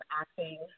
acting